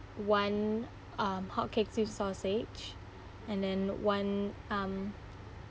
one um hotcakes with sausage and then one um